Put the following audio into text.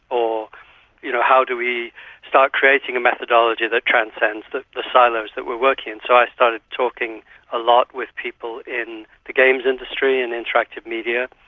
or you know how do we start creating a methodology that transcends the the silos that we are working in. so i started talking a lot with people in the games industry and interactive media,